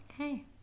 Okay